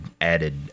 added